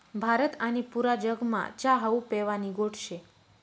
भारत आणि पुरा जगमा च्या हावू पेवानी गोट शे